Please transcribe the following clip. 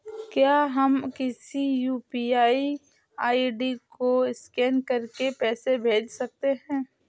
क्या हम किसी यू.पी.आई आई.डी को स्कैन करके पैसे भेज सकते हैं?